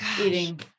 eating